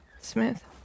Smith